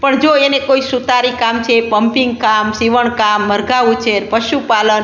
પણ જો એને કોઈ સુથારી કામ છે પમ્પિંગ કામ સિવણકામ મરઘાં ઉછેર પશુપાલન